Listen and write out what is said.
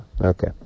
okay